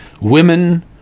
women